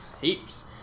heaps